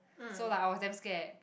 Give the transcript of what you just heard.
so like I was damn scared